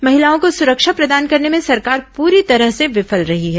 महिलाओं को सुरक्षा प्रदान करने में सरकार पूरी तरह से विफल रही है